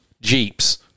Jeeps